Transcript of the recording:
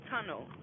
tunnel